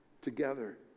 together